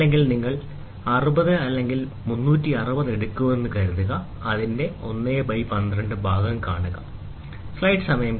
നിങ്ങൾ 60 അല്ലെങ്കിൽ 360 എടുക്കുന്നുവെന്ന് കരുതുക നിങ്ങൾക്ക് അതിന്റെ 112 ഭാഗം നേടാം